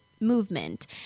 Movement